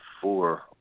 four